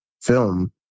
film